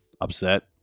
upset